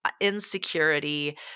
insecurity